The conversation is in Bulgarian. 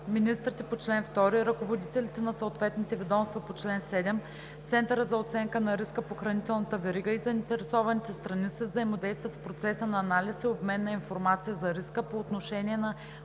Министрите по чл. 2, ръководителите на съответните ведомства по чл. 7, Центърът за оценка на риска по хранителната верига и заинтересованите страни си взаимодействат в процеса на анализ и обмен на информация за риска по отношение на